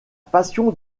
passion